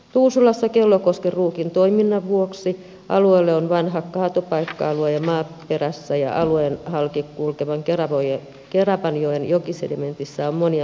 tuusulassa kellokosken ruukin toiminnan vuoksi alueella on vanha kaatopaikka alue ja maaperässä ja alueen halki kulkevan keravanjoen jokisedimentissä on monia myrkyllisiä aineita